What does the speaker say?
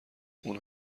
اون